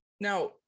Now